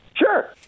Sure